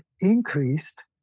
increased